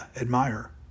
admire